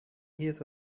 hears